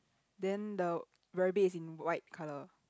then the rabbit is in white colour